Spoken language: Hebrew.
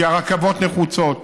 כי הרכבות נחוצות,